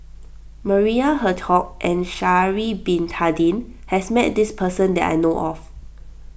Maria Hertogh and Sha'ari Bin Tadin has met this person that I know of